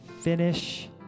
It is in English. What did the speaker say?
finish